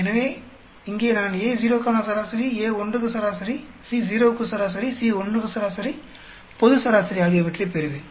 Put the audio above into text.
எனவே இங்கே நான் Ao க்கான சராசரி A1 க்கு சராசரி Co க்கு சராசரி C1 க்கு சராசரி பொது சராசரி ஆகியவற்றை பெறுவேன்